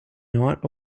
not